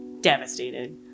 devastated